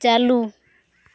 ᱪᱟᱞᱩ